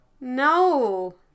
No